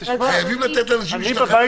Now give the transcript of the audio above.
חייבים לתת לאנשים להשתחרר,